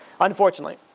Unfortunately